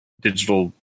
digital